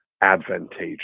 advantageous